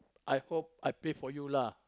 I hope I pay for you lah